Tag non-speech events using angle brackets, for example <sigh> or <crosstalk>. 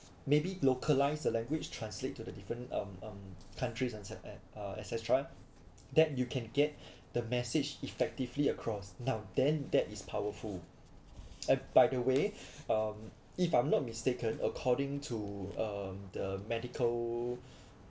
maybe localise the language translate to the different um um countries and cet~ et uh et cetera that you can get the message effectively across now then that is powerful and by the way <breath> um if I'm not mistaken according to um the medical